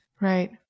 Right